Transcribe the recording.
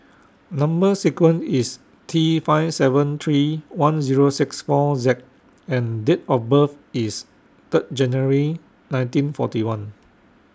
Number sequence IS T five seven three one Zero six four Z and Date of birth IS Third January nineteen forty one